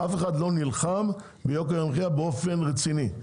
אף אחד לא נלחם ביוקר המחייה באופן רציני.